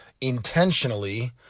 intentionally